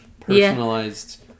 personalized